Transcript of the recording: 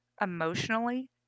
emotionally